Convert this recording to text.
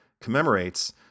commemorates